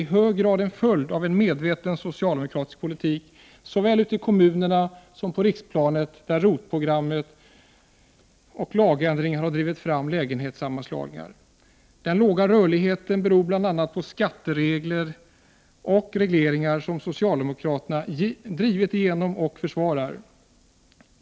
i hög grad en följd av en medveten socialdemokratisk politik, såväl ute i kommunerna som på riksplanet, där ROT-programmet och lagändringar har drivit fram lägenhetssammanslagningar. Den låga rörligheten beror bl.a. på skatteregler och regleringar som socialdemokraterna drivit igenom och försvarar.